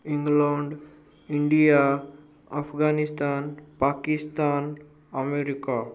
England India Afghanistan Pakistan America